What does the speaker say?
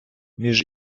між